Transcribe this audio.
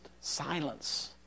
silence